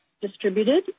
distributed